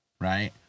right